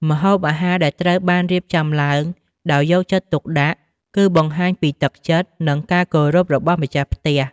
ម្ហូបអាហារដែលត្រូវបានរៀបចំឡើងដោយយកចិត្តទុកដាក់ គឺបង្ហាញពីទឹកចិត្ត និងការគោរពរបស់ម្ចាស់ផ្ទះ។